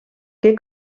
que